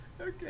Okay